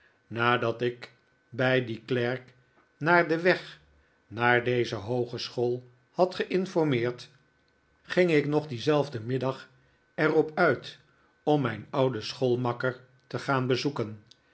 nadat ik bij dien klerk naar den weg naar deze hoogeschool had ge'informeerd ging ik nog dienzelfden middag er op uit om mijn ouden schoolmakker te gaan bezoeken